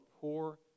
poor